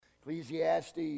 Ecclesiastes